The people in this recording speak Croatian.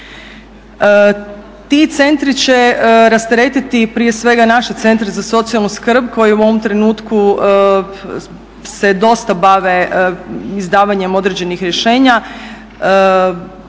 Ti centri će rasteretiti prije svega naše Centre za socijalnu skrb koji u ovom trenutku se dosta bave izdavanjem određenih rješenja.